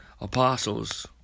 Apostles